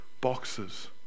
boxes